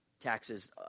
taxes